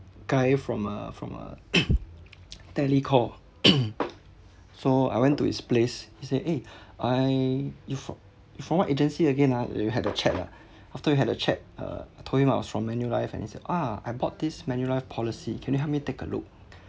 guy from a from a teleco so I went to his place he say eh I you from you from what agency again ah we we had a chat lah after we had a chat uh I told him I was from manulife and he said ah I bought this manulife policy can you help me take a look